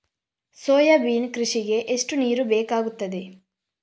Soybean ಕೃಷಿಗೆ ನೀರು ಎಷ್ಟು ಬೇಕಾಗುತ್ತದೆ?